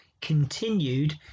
continued